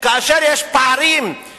כאשר יש פערים,